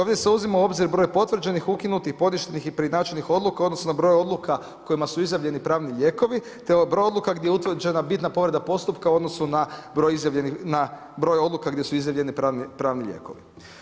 Ovdje se uzima u obzir broj potvrđenih, ukinuti, poništenih i preinačenih odluka u odnosu na broj odluka kojima su izjavljeni pravni lijekovi te broj odluka gdje je utvrđena bitna povreda postupka u odnosu na broj odluka gdje izjavljeni pravni lijekovi.